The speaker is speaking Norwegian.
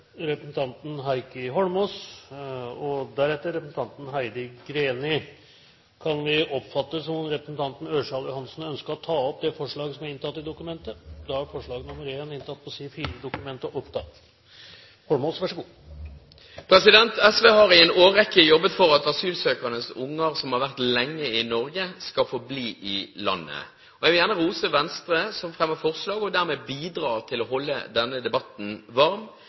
Representanten Morten Ørsal Johansen har tatt opp det forslaget han refererte til. SV har i en årrekke jobbet for at asylsøkernes unger som har vært lenge i Norge, skal få bli i landet. Jeg vil gjerne rose Venstre, som fremmer forslag og dermed bidrar til å holde denne debatten varm.